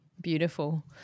Beautiful